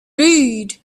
read